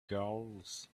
girls